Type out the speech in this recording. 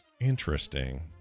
interesting